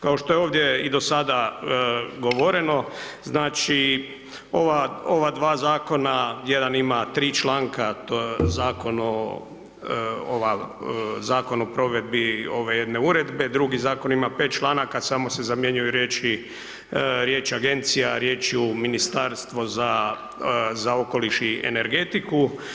Kao što je ovdje i do sada govoreno, znači ova, ova dva zakona jedan ima tri članka, to je zakon o ova, zakon o provedbi ove jedne uredbe, drugi zakon ima pet članaka samo se zamjenjuju riječi, riječ „agencija“ riječju „Ministarstvo za okoliš i energetiku“